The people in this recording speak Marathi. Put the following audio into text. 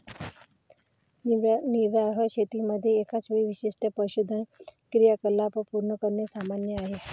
निर्वाह शेतीमध्ये एकाच वेळी विशिष्ट पशुधन क्रियाकलाप पूर्ण करणे सामान्य आहे